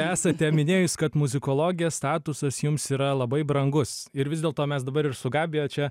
esate minėjus kad muzikologės statusas jums yra labai brangus ir vis dėl to mes dabar ir su gabija čia